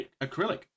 acrylic